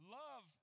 love